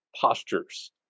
postures